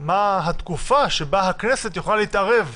מה התקופה שבה הכנסת יכולה להתערב,